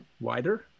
wider